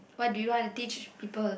what did you want to teach people